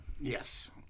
Yes